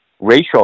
racial